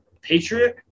Patriot